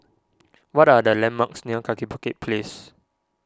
what are the landmarks near Kaki Bukit Place